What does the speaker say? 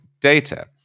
data